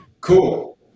cool